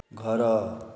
ଘର